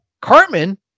Cartman